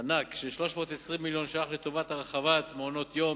ענק של 320 מיליון ש"ח לטובת הרחבת מעונות-יום,